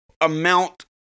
amount